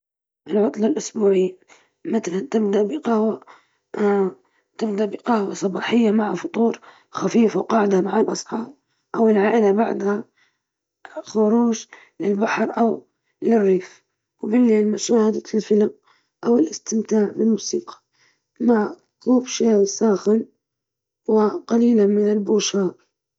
أحب العطلة الأسبوعية تكون مزيج من الراحة والاسترخاء والأنشطة الترفيهية، أقدر أخليها يومين، واحد للراحة والانغماس في الهوايات، واليوم الثاني للتمشية في الطبيعة أو ممارسة الرياضة.